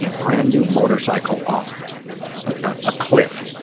you know brand-new motorcycle off a cliff.